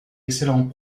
excellents